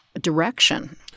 direction